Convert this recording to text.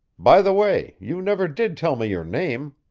by the way, you never did tell me your name.